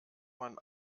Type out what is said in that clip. man